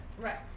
right